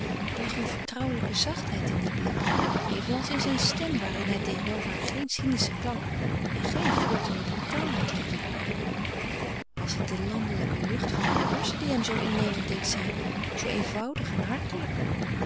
er lag een vertrouwelijke zachtheid in dien blik evenals in zijne stem waarin hij tegenover haar geen cynischen klank en geen flirteerende brutaalheid legde was het de landelijke lucht van de horze die hem zoo innemend deed zijn zoo eenvoudig en hartelijk